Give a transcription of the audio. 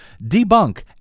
debunk